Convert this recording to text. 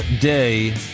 day